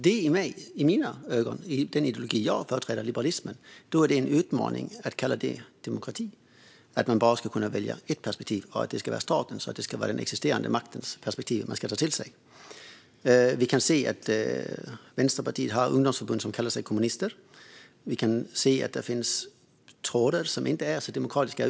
Det är i mina ögon, enligt den ideologi jag företräder, liberalismen, en utmaning att kalla det för demokrati att man bara ska kunna välja ett perspektiv och att det ska vara statens, att det enbart ska vara den existerande maktens perspektiv man ska ta till sig. Vi kan se att Vänsterpartiet har ett ungdomsförbund som kallar sig kommunister och att det finns trådar som inte är så demokratiska.